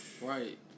right